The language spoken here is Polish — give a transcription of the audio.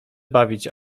bawić